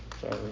Sorry